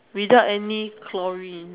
without any chlorine